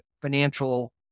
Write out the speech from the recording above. financial